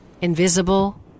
invisible